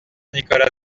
nicolas